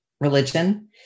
religion